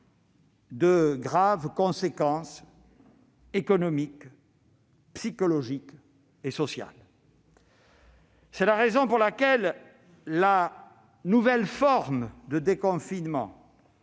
de graves conséquences économiques, psychologiques et sociales. C'est la raison pour laquelle la nouvelle forme de confinement